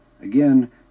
Again